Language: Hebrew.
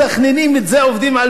עובדים על זה יום ולילה,